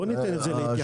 בוא ניתן את זה להתייחסות.